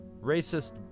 racist